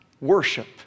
worship